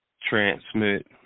transmit